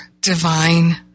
divine